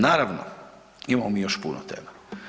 Naravno, imamo mi još puno tema.